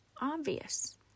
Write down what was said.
obvious